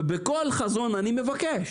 בכל חזון אני מבקש,